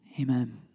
Amen